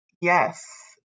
Yes